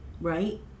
right